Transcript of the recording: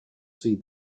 see